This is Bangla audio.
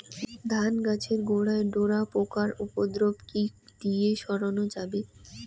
ধান গাছের গোড়ায় ডোরা পোকার উপদ্রব কি দিয়ে সারানো যাবে?